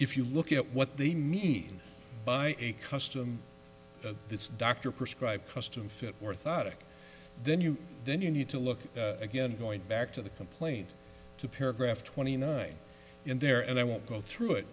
if you look at what they mean by a custom it's doctor prescribed custom fit or thought of then you then you need to look again going back to the complaint to paragraph twenty nine in there and i won't go through it